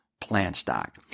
PlantStock